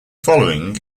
following